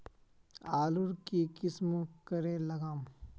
आलूर की किसम करे लागम?